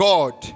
God